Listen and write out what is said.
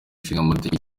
nshingamategeko